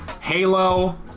Halo